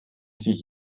sich